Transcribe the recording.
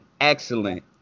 excellent